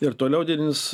ir toliau didins